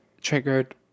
triggered